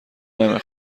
نمی